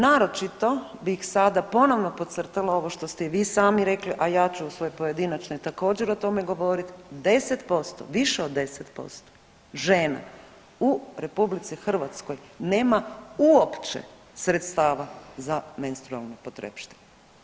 Naročito bih sada ponovno podcrtala ovo što ste i vi sami rekli, a ja ću u svojoj pojedinačnoj također o tome govorit 10%, više od 10% žena u RH nema uopće sredstava za menstrualne potrepštine.